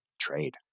trade